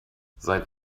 seit